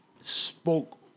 Spoke